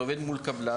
אתה עובד מול קבלן,